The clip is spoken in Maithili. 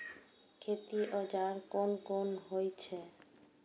खेती औजार कोन कोन होई छै?